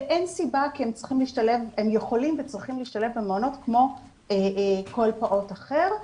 ואין סיבה כי הם יכולים וצריכים להשתלב במעונות כמו כל פעוט אחר.